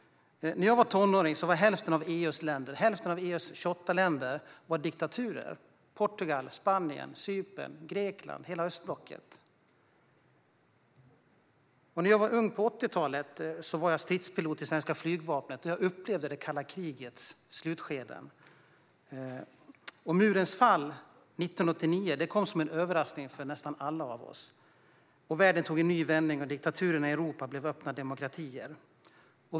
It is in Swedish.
När jag var tonåring var hälften av EU:s 28 länder diktaturer - Portugal, Spanien, Cypern, Grekland och hela östblocket. När jag var ung på 80-talet var jag stridspilot i svenska flygvapnet och upplevde det kalla krigets slutskeden. Och murens fall 1989 kom som en överraskning för nästan alla av oss. Världen tog en ny vändning och diktaturerna i Europa blev öppna demokratier.